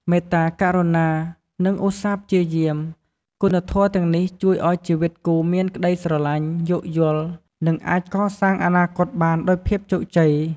មេត្តា ករុណា និងឧស្សាហ៍ព្យាយាម គុណធម៌ទាំងនេះជួយឱ្យជីវិតគូមានក្តីស្រឡាញ់ យោគយល់ និងអាចកសាងអនាគតបានដោយភាពជោគជ័យ។